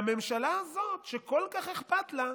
והממשלה הזאת, שכל כך אכפת לה,